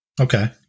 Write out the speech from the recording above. okay